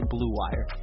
BlueWire